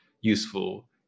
useful